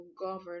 govern